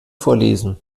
vorlesen